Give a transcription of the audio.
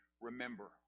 remember